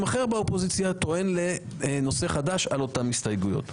אחר באופוזיציה טוען לנושא חדש על אותן הסתייגויות.